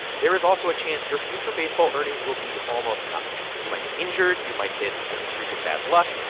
there is also a chance your future baseball earnings will be almost nothing. you might get injured. you might hit a streak of bad luck.